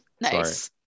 Nice